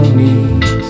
need